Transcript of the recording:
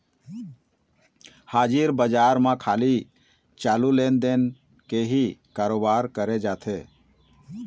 हाजिर बजार म खाली चालू लेन देन के ही करोबार करे जाथे